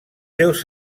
seus